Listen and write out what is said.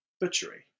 butchery